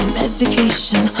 medication